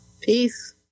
Peace